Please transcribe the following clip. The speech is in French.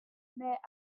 mais